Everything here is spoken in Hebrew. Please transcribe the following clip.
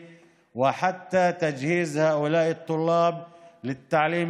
תיכונים ואפילו בהכנת התלמידים האלה ללימודים